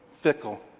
Fickle